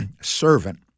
servant